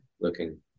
looking